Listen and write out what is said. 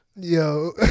Yo